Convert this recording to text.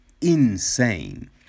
insane